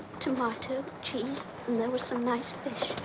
tomato, cheese, and there was some nice fish.